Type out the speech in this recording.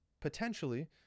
potentially